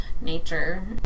nature